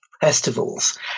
festivals